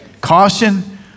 caution